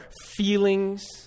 feelings